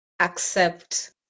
accept